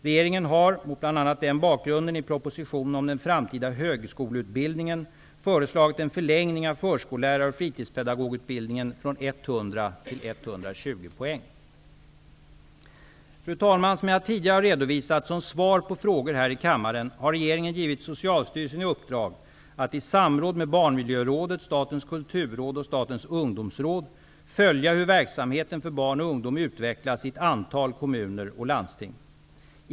Regeringen har mot bl.a. denna bakgrund i propositionen om den framtida högskoleutbildningen Fru talman! Som jag tidigare har redovisat som svar på frågor här i kammaren har regeringen givit Socialstyrelsen i uppdrag att i samråd med Barnmiljörådet, Statens kulturråd och Statens ungdomsråd följa hur verksamheten för barn och ungdom utvecklas i ett antal kommuner och landsting.